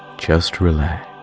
just relax.